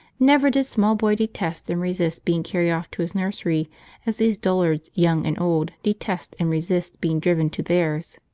never did small boy detest and resist being carried off to his nursery as these dullards, young and old, detest and resist being driven to theirs.